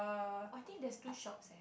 I think there's two shops